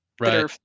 Right